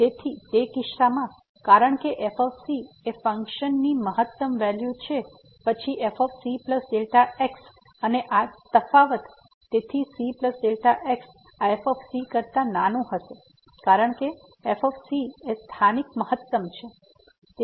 તેથી તે કિસ્સામાં કારણ કે f એ ફંક્શન ની મહત્તમ વેલ્યુ છે પછી f cx અને આ તફાવત તેથી f cx આ f કરતા નાનું હશે કારણ કે f એ સ્થાનિક મહત્તમ છે